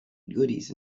goodies